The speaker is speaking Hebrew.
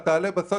בנגב.